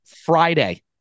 Friday